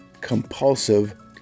compulsive